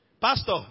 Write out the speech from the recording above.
Pastor